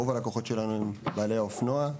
רוב הלקוחות שלנו הם בעלי אופנוע,